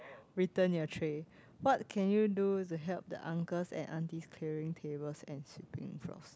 return your tray what can you do to help the uncles and aunties clearing tables and sweeping the floors